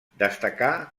destacà